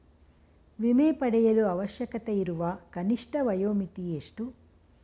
ವಿಮೆ ಪಡೆಯಲು ಅವಶ್ಯಕತೆಯಿರುವ ಕನಿಷ್ಠ ವಯೋಮಿತಿ ಎಷ್ಟು?